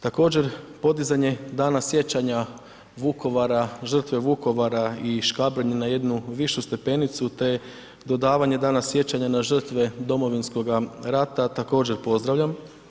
Također, podizanje Dana sjećanja Vukovara, žrtve Vukovara i Škabrnje na jednu višu stepenicu te dodavanje Dana sjećanja na žrtve Domovinskoga rata također pozdravljam.